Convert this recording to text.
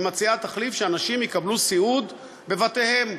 היא מציעה תחליף שאנשים יקבלו סיעוד בבתיהם,